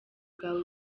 bwawe